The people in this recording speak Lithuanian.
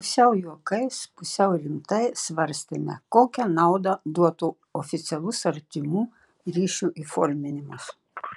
pusiau juokais pusiau rimtai svarstėme kokią naudą duotų oficialus artimų ryšių įforminimas